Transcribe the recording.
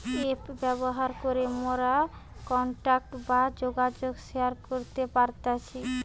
app ব্যবহার করে মোরা কন্টাক্ট বা যোগাযোগ শেয়ার করতে পারতেছি